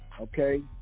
okay